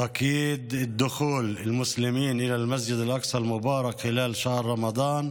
הגבלת הכניסה של המוסלמים אל מסגד אל-אקצא המבורך במהלך חודש הרמדאן,